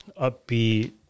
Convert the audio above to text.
upbeat